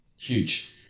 Huge